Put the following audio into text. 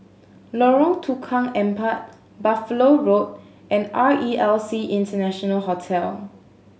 Lorong Tukang Empat Buffalo Road and R E L C International Hotel